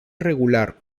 irregular